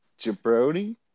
jabroni